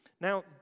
Now